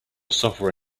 software